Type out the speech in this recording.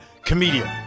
Comedian